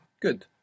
Good